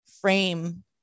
frame